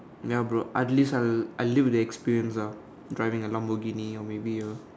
ya bro at least I'll live with the experience ah driving a Lamborghini or maybe a